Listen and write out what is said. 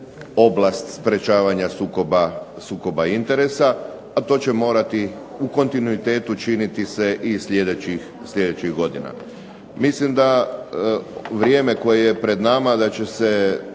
oblast sprječavanja sukoba interesa, a to će morati u kontinuitetu činiti se i sljedećih godina. Mislim da vrijeme koje je pred nama, da će se